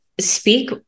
Speak